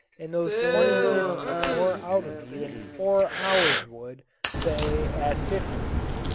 and those twenty minutes took more out of me than four hours would, say, at fifty feet.